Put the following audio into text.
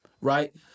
right